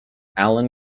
allen